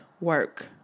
work